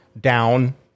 down